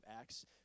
Acts